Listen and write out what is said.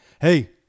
Hey